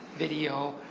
video,